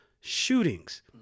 shootings